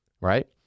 right